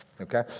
okay